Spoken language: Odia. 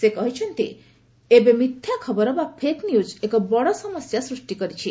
ସେ କହିଛନ୍ତି ଯେ ଏବେ ମିଥ୍ୟା ଖବର ବା ଫେକ୍ ନ୍ୟୁଜ୍ ଏକ ବଡ଼ ସମସ୍ୟା ସୃଷ୍ଟି କରିଛି